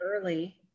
early